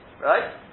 right